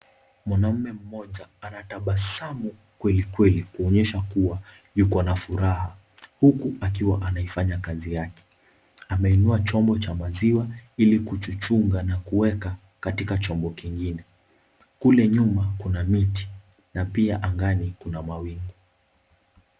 Mwanaume mmoja anatabasamu kweli kweli kuonyesha kuwa yuko na furaha, huku akiwa anaifanya kazi yake. Ameinua chombo cha maziwa ili kuchuchunga na kuweka katika chombo kingine. Kule nyuma kuna miti na pia angani kuna mawingu.